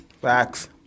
Facts